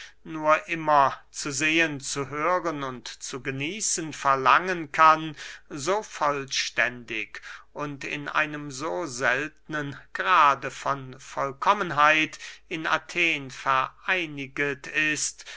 nur immer zu sehen zu hören und zu genießen verlangen kann so vollständig und in einem so seltnen grade von vollkommenheit in athen vereiniget ist